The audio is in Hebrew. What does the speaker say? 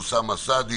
אוסאמה סעדי,